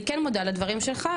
אני כן מודה על הדברים שלך,